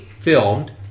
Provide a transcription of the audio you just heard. filmed